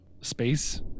space